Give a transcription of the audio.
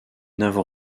n’avons